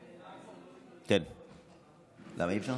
אי-אפשר,